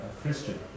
Christian